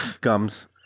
gums